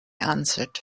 answered